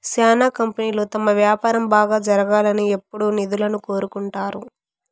శ్యానా కంపెనీలు తమ వ్యాపారం బాగా జరగాలని ఎప్పుడూ నిధులను కోరుకుంటారు